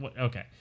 Okay